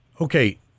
Okay